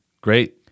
Great